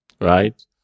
right